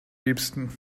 liebsten